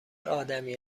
آدمی